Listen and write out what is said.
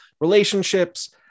relationships